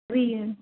ग्रीये